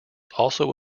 also